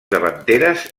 davanteres